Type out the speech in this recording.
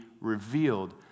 revealed